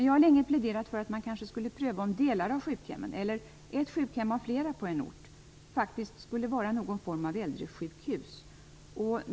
Jag har länge pläderat för att man skulle pröva om delar av sjukhemmen, eller ett sjukhem av flera på en ort, faktiskt skulle vara någon form av äldresjukhus.